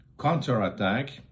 counterattack